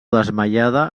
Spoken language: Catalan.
desmaiada